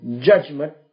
judgment